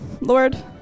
Lord